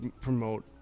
promote